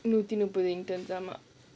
intern ஆமா:aamaa